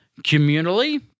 communally